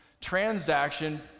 transaction